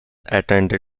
attend